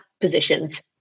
positions